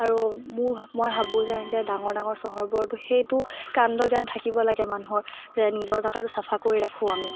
আৰু মো মই ভাবোঁ যে এনেকে ডাঙৰ ডাঙৰ চহৰবোৰতো সেইটো কাণ্ড জ্ঞান থাকিব লাগে মানুহৰ যে নিজৰ জেগাটো চাফা কৰি ৰাখোঁ আমি